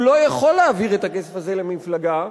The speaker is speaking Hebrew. הוא לא יכול להעביר את הכסף הזה למפלגה,